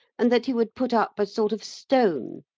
and that he would put up a sort of stone.